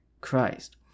Christ